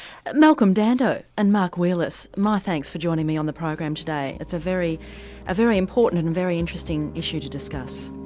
malcolm dando and mark wheelis my thanks for joining me on the program today, it's a ah very important and very interesting issue to discuss.